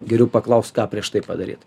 geriau paklaust ką prieš tai padaryt